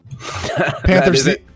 Panthers